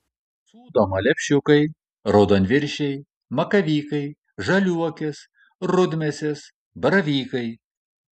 sūdoma lepšiukai raudonviršiai makavykai žaliuokės rudmėsės baravykai